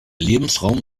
lebensraum